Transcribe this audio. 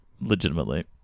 legitimately